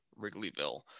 Wrigleyville